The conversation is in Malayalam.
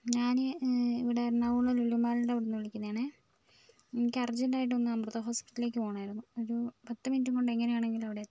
ഞാൻ ഇവിടെ എറണാകുളം ലുലുമാളിൻ്റെ അവിടുന്ന് വിളിക്കുന്നതാണ് എനിക്ക് അർജന്റായിട്ട് ഒന്ന് അമൃത ഹോസ്പിറ്റലിലേക്ക് പോണമായിരുന്നു ഒരു പത്ത് മിനിറ്റും കൊണ്ട് എങ്ങനെയാണെങ്കിലും അവിടെ എത്തണം